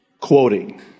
Quoting